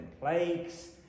plagues